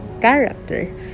character